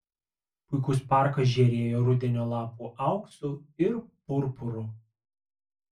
puikus parkas žėrėjo rudenio lapų auksu ir purpuru